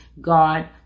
god